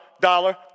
dollar